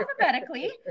alphabetically